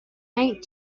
aunt